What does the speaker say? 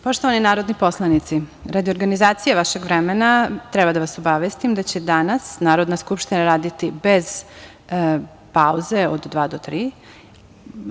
Poštovani narodni poslanici, radi organizacije vašeg vremena treba da vas obavestim da će danas Narodna skupština raditi bez pauze od 14.00 do 15.00 časova.